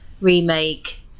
remake